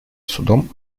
судом